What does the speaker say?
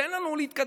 תן לנו להתקדם.